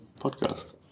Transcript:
podcast